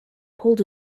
pulled